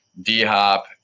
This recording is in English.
D-Hop